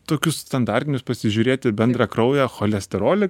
tokius standartinius pasižiūrėti bendrą kraują cholesterolį